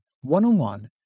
one-on-one